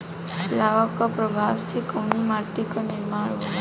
लावा क प्रवाह से कउना माटी क निर्माण होला?